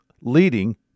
leading